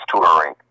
touring